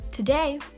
Today